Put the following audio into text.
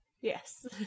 Yes